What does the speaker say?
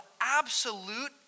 absolute